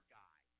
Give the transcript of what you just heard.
guy